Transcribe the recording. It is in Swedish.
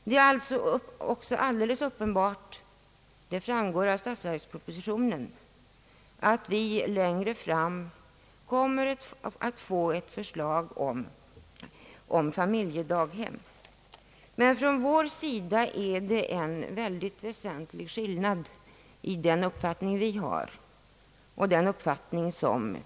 Det är även alldeles uppenbart — det framgår av statsverkspropositionen — att vi längre fram kommer att få ett förslag om familjedaghem. För oss är det dock en väldigt väsentlig skillnad mellan folkpartiets och vår uppfattning.